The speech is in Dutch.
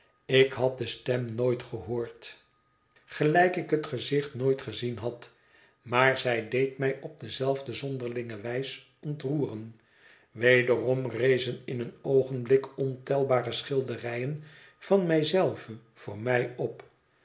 ik had de stem nooit gehoord gelijk ik het gezicht nooit gezien had maar zij deed mij op dezelfde zonderlinge wijs ontroeren wederom rezen in een oogenblik ontelbare schilderijen van mij zelve voor mij op